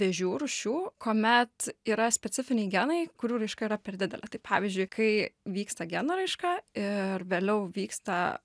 vėžių rūšių kuomet yra specifiniai genai kurių raiška yra per didelė tai pavyzdžiui kai vyksta geno raiška ir vėliau vyksta